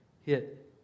hit